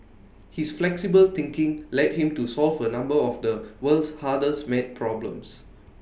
his flexible thinking led him to solve A number of the world's hardest maths problems